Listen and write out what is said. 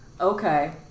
okay